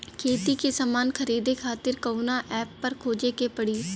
खेती के समान खरीदे खातिर कवना ऐपपर खोजे के पड़ी?